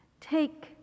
Take